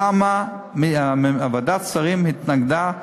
למה ועדת השרים התנגדה?